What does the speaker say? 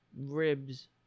ribs